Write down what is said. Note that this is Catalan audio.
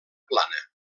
plana